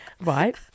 Right